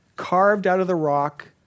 carved-out-of-the-rock